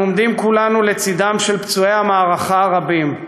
אנו עומדים כולנו לצדם של פצועי המערכה הרבים,